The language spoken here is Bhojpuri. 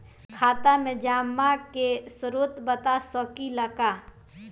खाता में जमा के स्रोत बता सकी ला का?